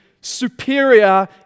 superior